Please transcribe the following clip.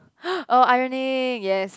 oh ironing yes